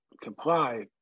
comply